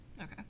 Okay